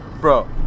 bro